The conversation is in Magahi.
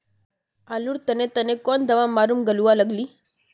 आलूर तने तने कौन दावा मारूम गालुवा लगली?